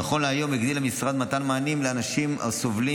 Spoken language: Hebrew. נכון להיום הגדיל המשרד מתן מענים לאנשים הסובלים